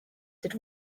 did